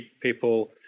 people